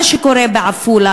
מה שקורה בעפולה,